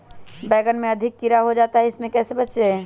बैंगन में अधिक कीड़ा हो जाता हैं इससे कैसे बचे?